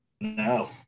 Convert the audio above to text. No